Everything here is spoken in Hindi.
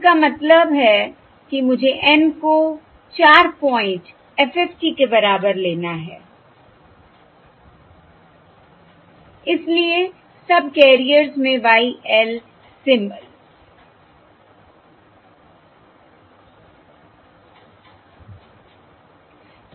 जिसका मतलब है कि मुझे N को 4 पॉइंट FFT के बराबर लेना है इसलिए सबकेरिएर्स में Y l सिंबल्स